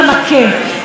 או הגרוש,